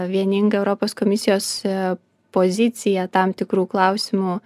vieningą europos komisijos poziciją tam tikrų klausimų